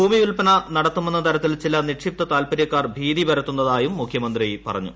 ഭൂമി വിൽപ്പന നടത്തുമെന്ന തരത്തിൽ ചില നിക്ഷിപ്ത താൽപ്പര്യക്കാർ ഭീതി പരത്തുന്നതായും മുഖ്യമന്ത്രി പറഞ്ഞു